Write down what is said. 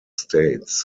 states